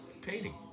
Painting